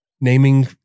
naming